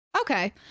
Okay